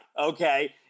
okay